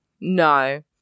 No